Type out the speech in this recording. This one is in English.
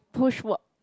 push work